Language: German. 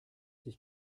sich